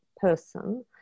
person